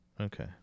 Okay